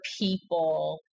people